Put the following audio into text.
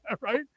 right